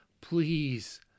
please